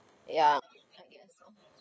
ya I guess so